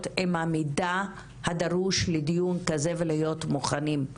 עם המידע הדרוש לדיון כזה ולהיות מוכנים.